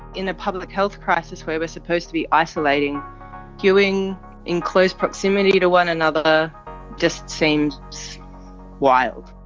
in a public health crisis where we're supposed to be isolating queuing in close proximity to one another just seemed wild,